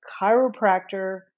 chiropractor